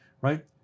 right